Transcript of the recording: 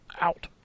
out